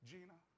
Gina